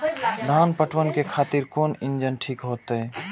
धान पटवन के खातिर कोन इंजन ठीक होते?